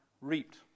reaped